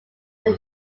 that